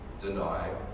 deny